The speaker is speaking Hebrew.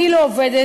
אני לא עובדת,